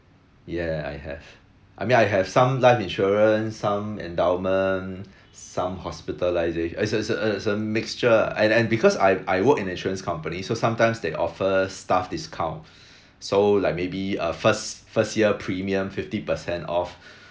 yeah I have I mean I have some life insurance some endowment some hospitaliza~ it's a it's a it's a mixture and and because I I work in insurance company so sometimes they offer staff discount so like maybe uh first first year premium fifty percent off